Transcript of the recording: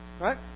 Right